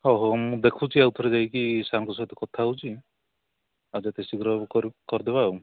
ହଉ ହଉ ମୁଁ ଦେଖୁଛି ଆଉଥରେ ଯାଇକି ସାର୍ଙ୍କ ସହିତ କଥା ହେଉଛି ଆଉ ଯେତେ ଶୀଘ୍ର କରିଦେବା ଆଉ